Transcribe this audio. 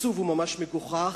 התקצוב הוא ממש מגוחך.